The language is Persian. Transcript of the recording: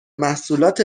محصولات